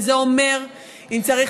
וזה אומר שאם צריך,